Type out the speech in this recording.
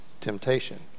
temptation